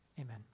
Amen